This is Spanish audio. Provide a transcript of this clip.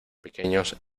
pequeños